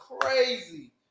crazy